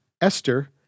Esther